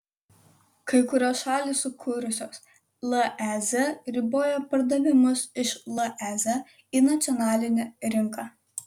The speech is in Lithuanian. kai kurios šalys sukūrusios lez riboja pardavimus iš lez į nacionalinę rinką